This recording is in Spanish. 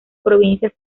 provincias